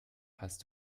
hast